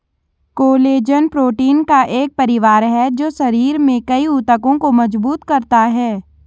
collagen protein का एक परिवार है जो शरीर में कई ऊतकों को मजबूत करता है